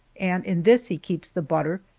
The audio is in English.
and in this he keeps the butter,